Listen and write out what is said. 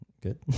Good